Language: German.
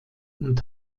und